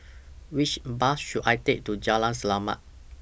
Which Bus should I Take to Jalan Selamat